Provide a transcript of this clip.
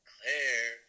Claire